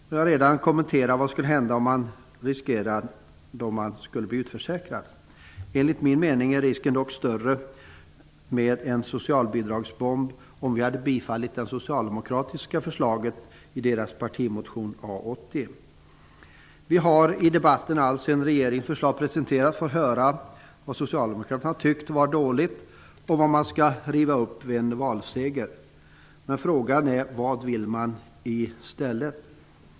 Jag har redan talat om vad som händer om man riskerar att bli utförsäkrad. Enligt min mening är risken dock större för en socialbidragsbomb om vi bifaller det socialdemokratiska förslaget i partimotionen A80. Vi har debatten alltsedan regeringförslaget presenterats fått höra vad socialdemokraterna har tyckt vara dåligt och vad man skall riva upp vid en valseger. Men frågan är vad vill man i stället?